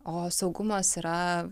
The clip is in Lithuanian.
o saugumas yra